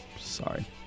Sorry